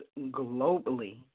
globally